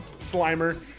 Slimer